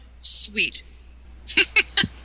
sweet